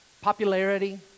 popularity